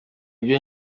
byo